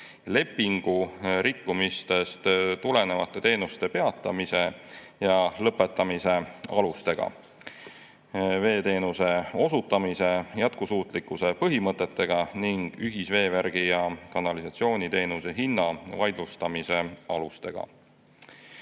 lepingu rikkumistest tulenevate teenuse peatamise ja lõpetamise alustega, veeteenuse osutamise jätkusuutlikkuse põhimõtetega ning ühisveevärgi ja ‑kanalisatsiooni teenuse hinna vaidlustamise alustega.